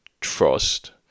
trust